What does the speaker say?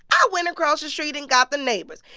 i went across the street and got the neighbors.